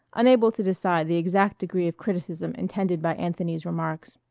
unable to decide the exact degree of criticism intended by anthony's remarks.